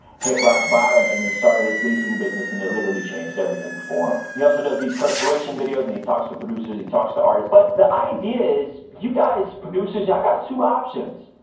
hit rock bottom and then started his leasing business and it literally changed everything for him. he also does these curtspiration videos and he talks to producers, he talks to artists but the idea is, you guys, producers, ya'll got two options.